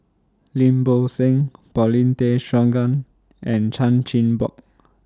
Lim Bo Seng Paulin Tay Straughan and Chan Chin Bock